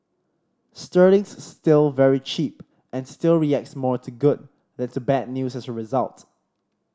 sterling's still very cheap and still reacts more to good than to bad news as a result